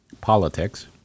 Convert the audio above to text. politics